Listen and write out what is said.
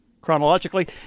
chronologically